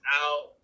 out